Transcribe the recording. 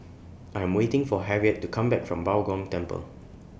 I Am waiting For Harriet to Come Back from Bao Gong Temple